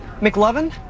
McLovin